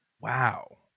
Wow